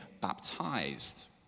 baptized